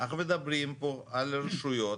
אנחנו מדברים פה על רשויות